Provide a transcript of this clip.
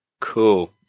cool